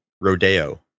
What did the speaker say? rodeo